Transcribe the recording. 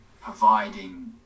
providing